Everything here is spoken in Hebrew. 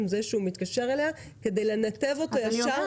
זה שהוא מתקשר אליה כדי לנתב אותו מיד?